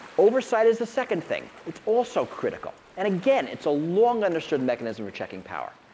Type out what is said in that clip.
oversight is the second thing. it's also critical. and again, it's a long understood mechanism for checking power.